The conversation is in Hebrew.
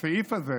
בסעיף הזה